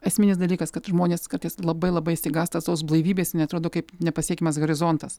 esminis dalykas kad žmonės kartais labai labai išsigąsta tos blaivybės jinai atrodo kaip nepasiekiamas horizontas